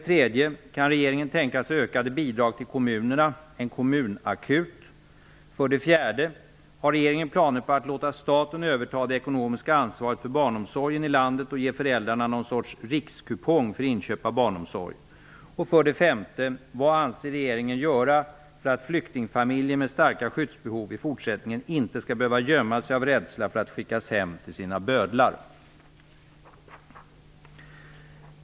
3.Kan regeringen tänka sig ökade bidrag till kommunerna, en kommunakut? 4.Har regeringen planer på att låta staten överta det ekonomiska ansvaret för barnomsorgen i landet och ge föräldrarna någon sorts rikskupong för inköp av barnomsorg? 5.Vad avser regeringen göra för att flyktingfamiljer med starka skyddsbehov i fortsättningen inte skall behöva gömma sig av rädsla för att skickas hem till sina bödlar?